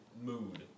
mood